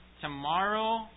tomorrow